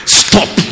stop